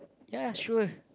ya sure